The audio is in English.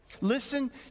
Listen